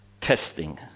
testing